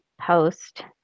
post